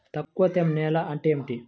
తక్కువ తేమ నేల అంటే ఏమిటి?